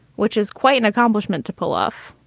which is quite an accomplishment to pull off